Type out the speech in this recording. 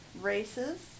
races